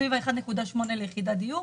הייתה סביב 1.8 מיליון ליחידת דיור.